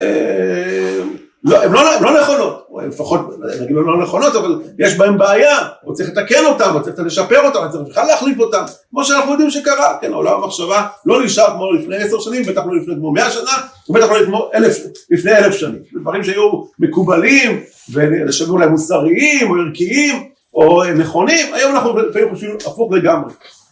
הם לא נכונות, או לפחות נגיד הם לא נכונות אבל יש בהם בעיה, או צריך לתקן אותם או צריך לשפר אותם, צריך אחד להחליף אותם כמו שאנחנו יודעים שקרה, כן עולם המחשבה לא נשאר כמו לפני עשר שנים, בטח לא נשאר כמו מאה שנה ובטח לא נשאר כמו אלף שנים דברים שהיו מקובלים ושנראו להם מוסריים או ערכיים או נכונים, היום אנחנו חושבים הפוך לגמרי